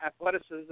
athleticism